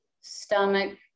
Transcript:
stomach